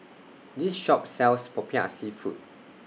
This Shop sells Popiah Seafood